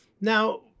Now